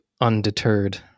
undeterred